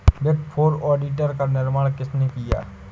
Big four auditor का निर्माण किसने किया?